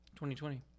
2020